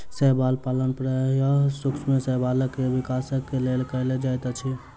शैवाल पालन प्रायः सूक्ष्म शैवालक विकासक लेल कयल जाइत अछि